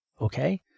Okay